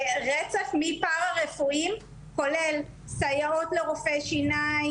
זה רצף מפרה-רפואי כולל סייעות לרופאי שיניים.